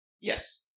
Yes